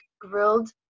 grilled